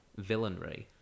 villainry